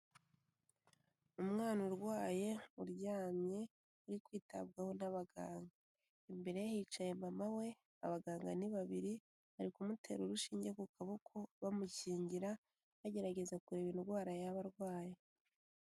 Umwana urwaye uryamye uri kwitabwaho n'abaganga, imbere hicaye mama we abaganga ni babiri, bari kumutera urushinge ku kaboko bamukingira bagerageza kureba indwara yaba arwaye.